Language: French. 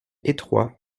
étroits